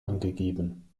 angegeben